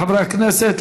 חברי הכנסת,